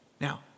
Now